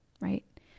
right